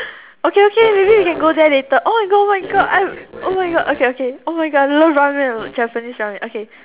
okay okay maybe we can go there later oh my god oh my god my I oh my god okay okay oh my god I love ramen Japanese ramen okay